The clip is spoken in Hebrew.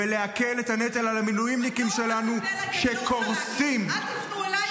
ולהקל את הנטל על המילואימניקים שלנו שקורסים --- אל תפנה אליי,